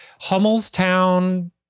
Hummelstown